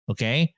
Okay